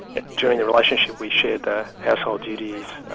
that during the relationship we shared the household duties,